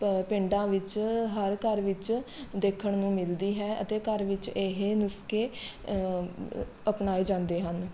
ਪ ਪਿੰਡਾਂ ਵਿੱਚ ਹਰ ਘਰ ਵਿੱਚ ਦੇਖਣ ਨੂੰ ਮਿਲਦੀ ਹੈ ਅਤੇ ਘਰ ਵਿੱਚ ਇਹ ਨੁਸਖੇ ਅਪਣਾਏ ਜਾਂਦੇ ਹਨ